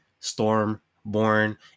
Stormborn